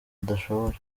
adashobora